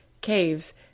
caves